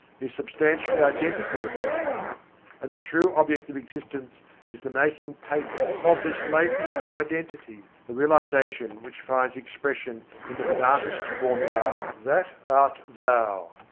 is substantially identical with god and the true object of existence is the making patent of this latent identity, the realization which finds expression in the vedantist formula that art thou.